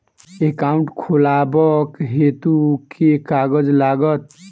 Account खोलाबक हेतु केँ कागज लागत?